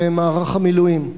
תודה למערך המילואים.